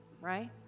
right